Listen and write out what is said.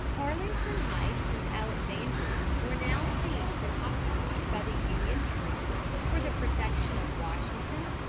arlington heights and alexandria were now seized and occupied by the union troops for the protection of washington,